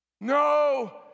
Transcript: No